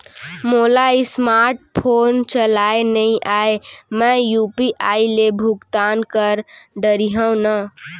मोला smart phone चलाए नई आए मैं यू.पी.आई ले भुगतान कर डरिहंव न?